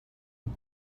بود